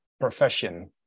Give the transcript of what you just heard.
profession